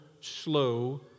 slow